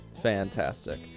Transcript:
fantastic